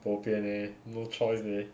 bo pian leh no choice leh